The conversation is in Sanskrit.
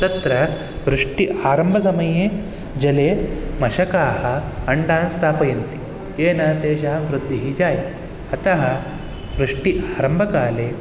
तत्र वृष्टि आरम्भसमये जले मशकाः अण्डाः स्थापयन्ति येन तेषां वृद्धिः जायते अतः वृष्टि आरम्भकाले